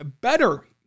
better